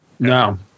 No